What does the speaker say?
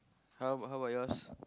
how how about yours